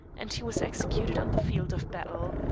and he was executed on the field of battle.